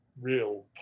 real